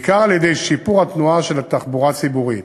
בעיקר על-ידי שיפור התנועה של התחבורה הציבורית.